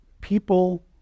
people